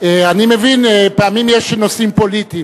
אני מבין, פעמים יש נושאים פוליטיים